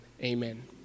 amen